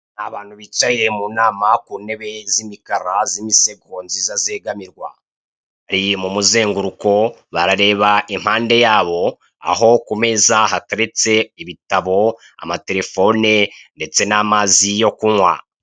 Abantu bicaye mu nama ku nteba z'umukara z'imisego zegamirwa, ziri mu muzenguruko barareba impande yabo aho ku meza hateretse ibitabo, amaterefone ndetse n'amazi yo kunywa.